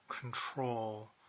control